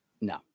no